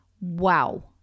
Wow